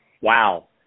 Wow